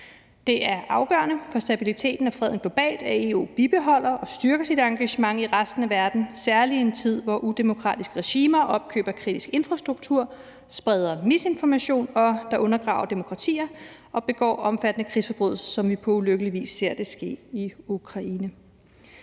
Det er afgørende for stabiliteten og freden globalt, at EU bibeholder og styrker sit engagement i resten af verden, særlig i en tid hvor udemokratiske regimer opkøber kritisk infrastruktur, spreder misinformation, der undergraver demokratiet, og begår omfattende krigsforbrydelser, som vi på ulykkeligvis ser det ske i Ukraine.